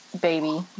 baby